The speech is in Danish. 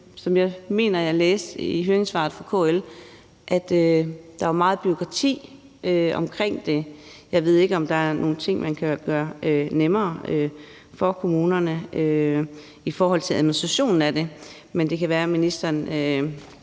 Som jeg mener jeg læste i høringssvaret fra KL, skyldes det, at der er meget bureaukrati omkring det. Jeg ved ikke, om der er nogle ting, man kan gøre nemmere for kommunerne i forhold til administrationen af det. Men det kan være, at ministeren